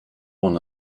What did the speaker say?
one